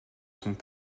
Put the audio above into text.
sont